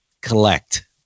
collect